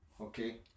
okay